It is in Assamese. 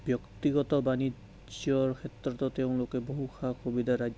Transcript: ব্যক্তিগত বাণিজ্যৰ ক্ষেত্ৰতো তেওঁলোকে বহু সা সুবিধা